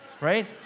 right